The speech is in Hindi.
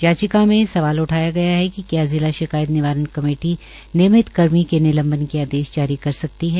याचिका मे सवाल उठाया कि कि क्या जिला शिकायत निवारण कमेटी नियमित कर्मी के निलंबित के आदेश जारी कर सकती है